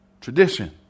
tradition